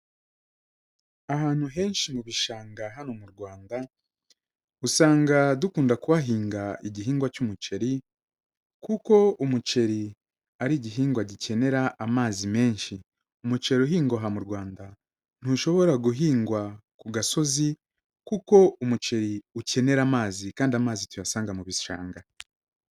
Ahantu henshi mu bishanga hano mu Rwanda usanga dukunda kuhahinga igihingwa cy'umuceri kuko umuceri ari igihingwa gikenera amazi menshi. Umuceri uhingwa aha mu Rwanda ntushobora guhingwa ku gasozi kuko umuceri ukenera amazi kandi amazi tuyasanga mu bishanga.